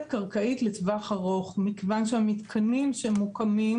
קרקעית לטווח ארוך מכיוון שהמתקנים שמוקמים,